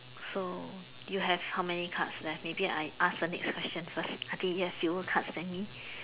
so you have how many cards left maybe I ask the next question first I think yes you worked hard fanny